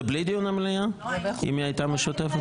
זה בלי דיון במליאה אם היתה משותפת?